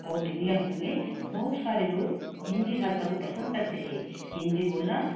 और दुनिया भर में बहुत सारे लोग हिंदी भाषा को पसंद करते हैं हिंदी बोलना